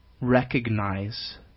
recognize